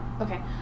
okay